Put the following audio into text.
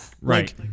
Right